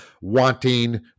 wanting